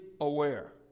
aware